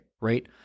right